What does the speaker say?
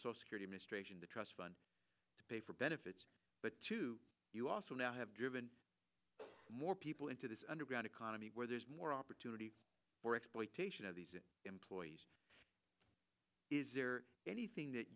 source security missed ration the trust fund to pay for benefits but you also now have driven more people into this underground economy where there's more opportunity for exploitation of these employees is there anything that